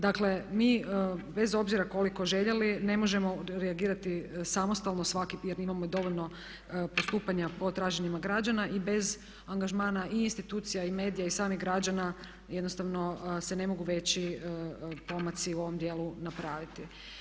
Dakle, mi bez obzira koliko željeli, ne možemo reagirati samostalno svaki, jer imamo dovoljno postupanja po traženima građana i bez angažmana i institucija i medija i samih građana, jednostavno se ne mogu veći pomaci u ovom djelu napraviti.